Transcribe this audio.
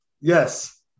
Yes